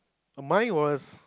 oh mine was